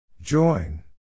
Join